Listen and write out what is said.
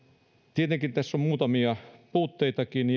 tietenkin tässä on ollut muutamia puutteitakin